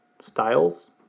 styles